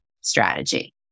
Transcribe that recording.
strategy